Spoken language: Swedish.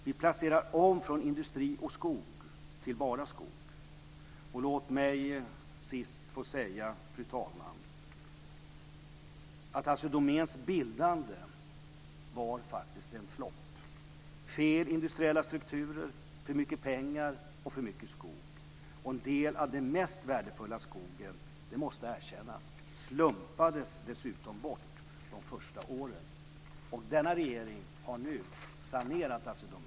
Vi placerar om från industri och skog till bara skog. Låt mig sist få säga, fru talman, att Assi Domäns bildande faktiskt var en flopp. Det var fel industriella strukturer, för mycket pengar och för mycket skog, och en del av den mest värdefulla skogen - det måste erkännas - slumpades dessutom bort de första åren. Denna regering har nu sanerat Assi Domän.